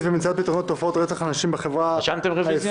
ומציאת פתרונות לתופעת רצח הנשים בחברה הישראלית",